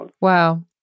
Wow